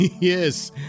Yes